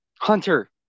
Hunter